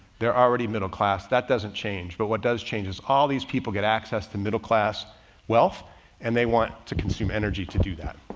they're already middle-class. that doesn't change. but what does change is all these people get access to middle-class wealth and they want to consume energy to do that.